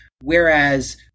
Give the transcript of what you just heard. Whereas